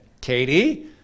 Katie